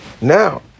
Now